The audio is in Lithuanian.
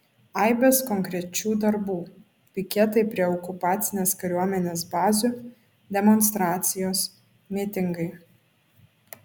aibės konkrečių darbų piketai prie okupacinės kariuomenės bazių demonstracijos mitingai